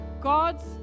God's